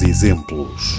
Exemplos